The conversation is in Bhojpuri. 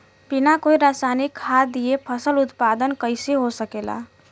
बिना कोई रसायनिक खाद दिए फसल उत्पादन कइसे हो सकेला?